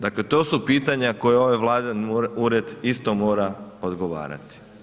Dakle to su pitanja koja ovaj Vladin ured isto mora odgovarati.